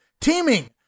Teaming